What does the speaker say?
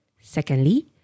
Secondly